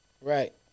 Right